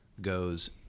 goes